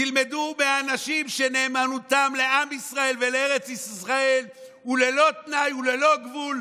תלמדו מאנשים שנאמנותם לעם ישראל ולארץ ישראל היא ללא תנאי וללא גבול.